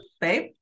babe